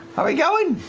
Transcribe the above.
are we going?